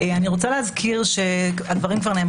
אני רוצה להזכיר שדמוקרטיה,